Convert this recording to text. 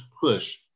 push